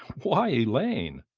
why elaine?